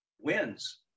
wins